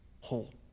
whole